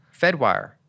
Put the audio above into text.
Fedwire